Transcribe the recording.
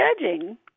judging